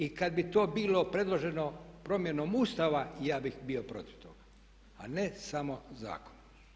I kad bi to bilo predloženo promjenom Ustava ja bih bio protiv toga a ne samo zakonom.